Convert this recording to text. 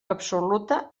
absoluta